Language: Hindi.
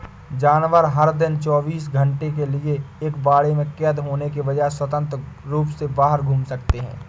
जानवर, हर दिन चौबीस घंटे के लिए एक बाड़े में कैद होने के बजाय, स्वतंत्र रूप से बाहर घूम सकते हैं